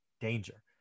danger